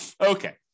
Okay